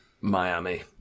Miami